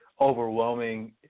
overwhelming